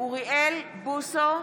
אוריאל בוסו,